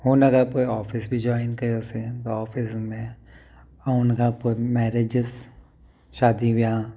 हुन लाइ पोइ ऑफिस बि जोइन कयोसीं ऑफिस में ऐं उन खां पोइ मेरिजिस शादी विहांउ